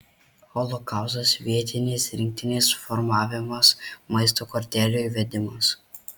holokaustas vietinės rinktinės formavimas maisto kortelių įvedimas